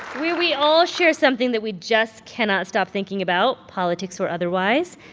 we we all share something that we just cannot stop thinking about, politics or otherwise.